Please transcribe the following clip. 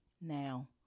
now